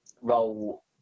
role